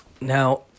Now